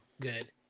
good